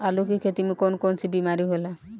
आलू की खेती में कौन कौन सी बीमारी होला?